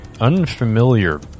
unfamiliar